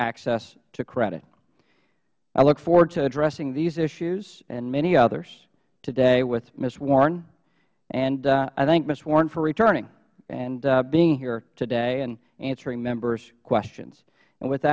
access to credit i look forward to addressing these issues and many others today with ms warren and i thank ms warren for returning and being here today and answering members questions and with th